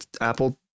Apple